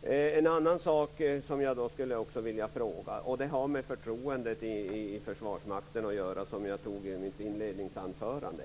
Det finns en annan sak som jag skulle vilja fråga om. Det har med förtroendet i Försvarsmakten att göra som jag tog upp i mitt inledningsanförande.